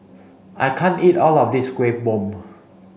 I can't eat all of this Kuih Bom